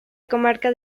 comarca